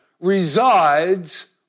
resides